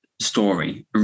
story